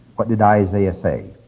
what did isaiah say?